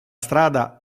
strada